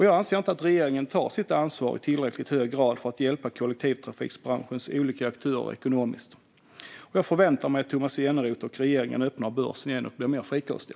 Jag anser inte att regeringen tar sitt ansvar i tillräckligt hög grad för att hjälpa kollektivtrafikbranschens olika aktörer ekonomiskt. Jag förväntar mig att Tomas Eneroth och regeringen öppnar börsen igen och blir mer frikostiga.